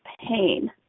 Pain